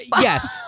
Yes